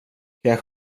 kan